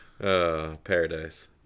Paradise